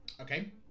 Okay